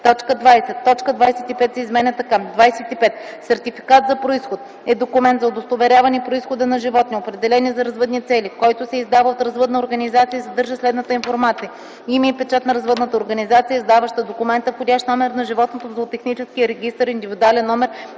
20. Точка 25 се изменя така: „25. „Сертификат за произход” е документ за удостоверяване произхода на животни, определени за развъдни цели, който се издава от развъдна организация и съдържа следната информация: име и печат на развъдната организация, издаваща документа, входящ номер на животното в зоотехническия регистър (индивидуален номер)